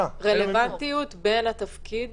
זה רלוונטיות בין התפקיד